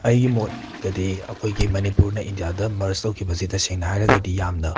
ꯑꯩꯒꯤ ꯃꯣꯠꯇꯗꯤ ꯑꯩꯈꯣꯏꯒꯤ ꯃꯅꯤꯄꯨꯔꯅ ꯏꯟꯗꯤꯌꯥꯗ ꯃꯔꯁ ꯇꯧꯈꯤꯕꯁꯦ ꯇꯁꯦꯡꯅ ꯍꯥꯏꯔꯒꯗꯤ ꯌꯥꯝꯅ